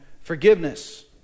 forgiveness